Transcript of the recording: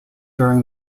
during